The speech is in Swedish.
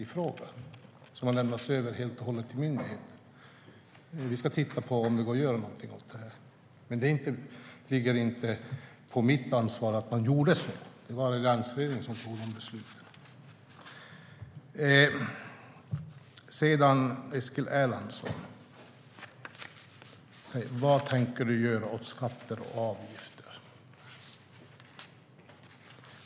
Den har helt och hållet lämnats över till myndigheten. Vi ska se om det går att göra någonting åt det. Men det ligger inte på mitt ansvar att man gjorde så. Det var alliansregeringen som fattade de besluten. Eskil Erlandsson frågade vad jag tänker göra åt skatter och avgifter.